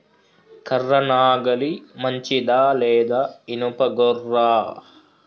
కర్ర నాగలి మంచిదా లేదా? ఇనుప గొర్ర?